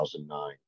2009